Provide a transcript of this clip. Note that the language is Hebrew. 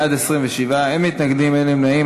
בעד, 27, אין מתנגדים, אין נמנעים.